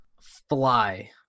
fly